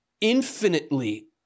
infinitely